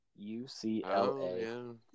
UCLA